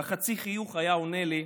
בחצי חיוך היה עונה לי: